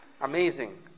Amazing